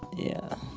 yeah,